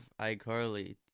iCarly